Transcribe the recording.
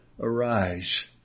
Arise